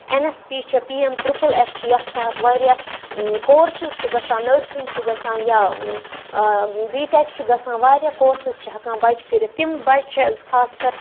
N S P چھُ P M triple S چھُ یَتھ تَحت واریاہ کورسِز چھِ گَژھان نٔرسِنگ چھِ گَژھان یا بی ٹؠک چھِ گَژھان واریاہ کورسِز چھُ ہؠکان بَچہِ کٔرِتھ تِم بَچہِ چھِ حظ خاص کَر